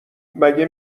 مگه